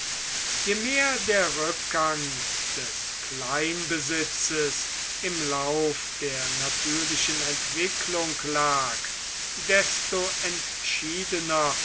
je mehr der rückgang des kleinbesitzes im lauf der natürlichen entwicklung lag desto entschiedener